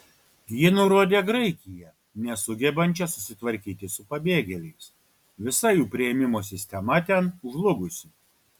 ji nurodė graikiją nesugebančią susitvarkyti su pabėgėliais visa jų priėmimo sistema ten žlugusi